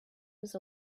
was